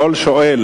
לכל שואל